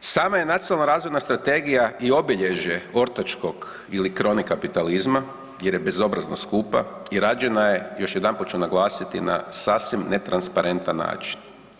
Sama je Nacionalna razvojna strategija i obilježje ortačkog ili korni kapitalizma jer je bezobrazno skupa i rađena je još jedanput ću naglasiti na sasvim ne transparentan način.